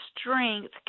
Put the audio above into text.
strength